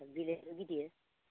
आरो बिलोआबो गिदिर